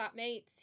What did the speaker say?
flatmates